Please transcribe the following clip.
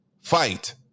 fight